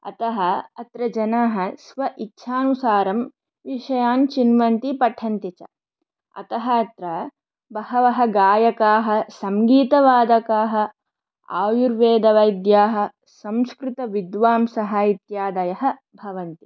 अतः अत्र जनाः स्व इच्छानुसारं विषयान् चिन्वन्ति पठन्ति च अतः अत्र बहवः गायकाः सङ्गीतवादकाः आयुर्वेदवैद्याः संस्कृतविद्वांसः इत्यादयः भवन्ति